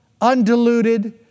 undiluted